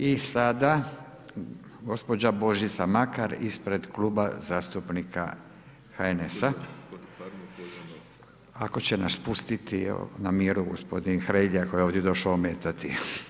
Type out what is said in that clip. I sada gospođa Božica Makar ispred Kluba zastupnika HNS-a ako će nas pustiti na miru gospodin Hrelja koji je ovdje došao ometati.